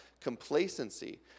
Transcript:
complacency